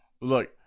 Look